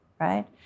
right